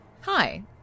Hi